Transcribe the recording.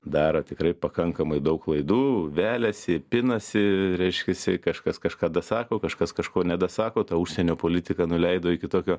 daro tikrai pakankamai daug klaidų veliasi pinasi reiškiasi kažkas kažkada sako kažkas kažko nedasako tą užsienio politiką nuleido iki tokio